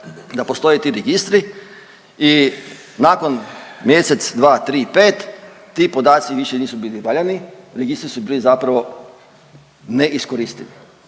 da postoje ti registri i nakon mjesec, dva, tri, pet ti podaci više nisu bili valjani, registri su bili zapravo neiskoristivi.